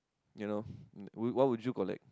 you know what would you collect